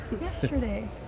Yesterday